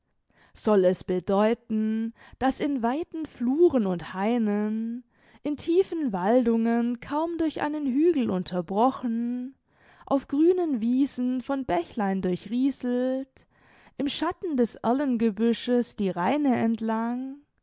soll es bedeuten daß in weiten fluren und hainen in tiefen waldungen kaum durch einen hügel unterbrochen auf grünen wiesen von bächlein durchrieselt im schatten des erlengebüsches die raine entlang